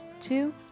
two